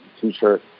t-shirt